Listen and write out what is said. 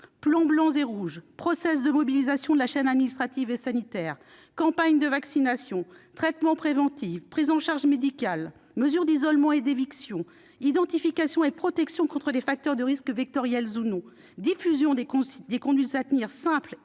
plans blancs et rouges, processus de mobilisation de la chaîne administrative et sanitaire, campagnes de vaccination, traitements préventifs, prise en charge médicale, mesures d'isolement et d'éviction, identification et protection contre des facteurs de risques, vectoriels ou non, diffusion de conduites à tenir simples et